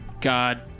god